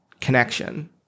connection